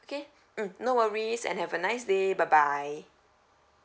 okay mm no worries and have a nice day bye bye